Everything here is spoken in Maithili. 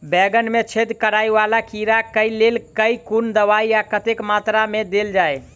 बैंगन मे छेद कराए वला कीड़ा केँ लेल केँ कुन दवाई आ कतेक मात्रा मे देल जाए?